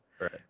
right